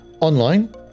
Online